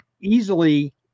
easily